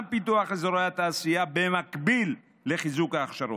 וגם לפתח את אזורי התעשייה במקביל לחיזוק ההכשרות,